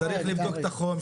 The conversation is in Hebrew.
לתחרות.